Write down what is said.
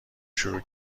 شروع